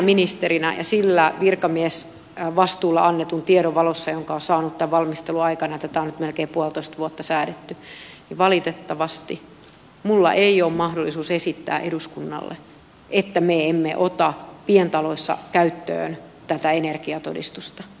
ministerinä ja sen virkamiesvastuulla annetun tiedon valossa jonka olen saanut tämän valmistelun aikana tätä on nyt melkein puolitoista vuotta säädetty valitettavasti minulla ei ole mahdollisuutta esittää eduskunnalle että me emme ota pientaloissa käyttöön tätä energiatodistusta